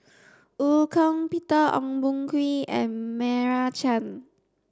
Eu Kong Peter Ong Boon Kwee and Meira Chand